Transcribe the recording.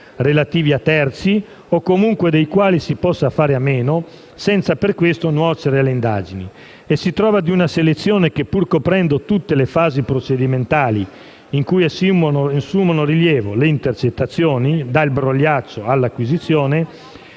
relativi a terzi o comunque dei quali si possa fare a meno, senza per questo nuocere alle indagini. Si trova inoltre una selezione che, pur coprendo tutte le fasi procedimentali in cui assumono rilevo le intercettazioni, dal brogliaccio all'acquisizione,